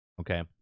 Okay